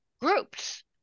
groups